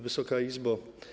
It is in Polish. Wysoka Izbo!